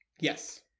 Yes